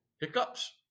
hiccups